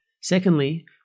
Secondly